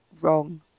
wrong